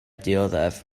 dioddef